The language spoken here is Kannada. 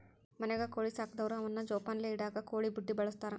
ಮನ್ಯಾಗ ಕೋಳಿ ಸಾಕದವ್ರು ಅವನ್ನ ಜೋಪಾನಲೆ ಇಡಾಕ ಕೋಳಿ ಬುಟ್ಟಿ ಬಳಸ್ತಾರ